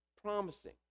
promising